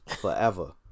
Forever